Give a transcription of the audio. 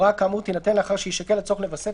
הוראה כאמור תינתן לאחר שיישקל הצורך לווסת